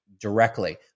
directly